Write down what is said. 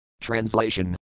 Translation